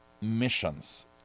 missions